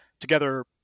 together